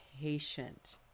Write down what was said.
patient